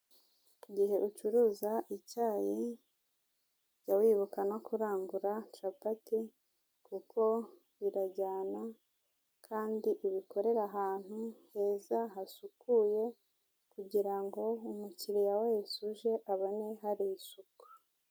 Igihe ucuruza icyayi jya wibuka wibuka no kurangura capati kuko birajyana kandi ubikorere ahantu heza hasukuye kugira ngo umukiriya wese uje abone hari isuku.